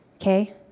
okay